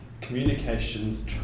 communications